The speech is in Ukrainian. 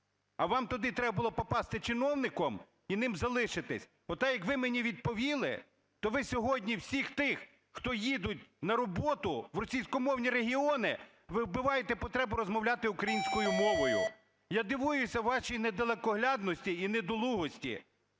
А вам туди треба було попасти чиновником і ним залишилися. Так як ви мені відповіли, то ви сьогодні всіх тих, хто їдуть на роботу в російськомовні регіони, ви вбиваєте потребу розмовляти українською мовою. Я дивуюся вашій недалекоглядності і недолугості.